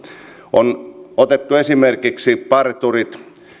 on otettu esimerkiksi parturit